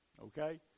Okay